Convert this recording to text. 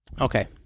Okay